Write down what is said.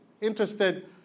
interested